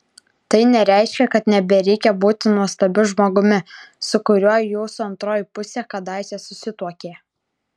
tai nereiškia kad nebereikia būti nuostabiu žmogumi su kuriuo jūsų antroji pusė kadaise susituokė